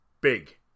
big